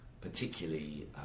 particularly